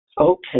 Okay